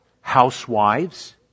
housewives